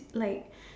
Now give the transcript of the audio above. like